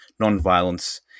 nonviolence